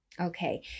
Okay